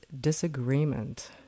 disagreement